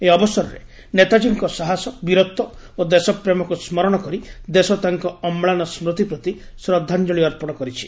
ଏହି ଅବସରରେ ନେତାଜୀଙ୍କ ସାହସ ବିରତ୍ ଓ ଦେଶପ୍ରେମକ୍ ସ୍କରଣ କରି ଦେଶ ତାଙ୍କ ଅମ୍ଲାନ ସ୍କୃତି ପ୍ରତି ଶ୍ରଦ୍ବାଞ୍ଚଳି ଅର୍ପଣ କରିଛି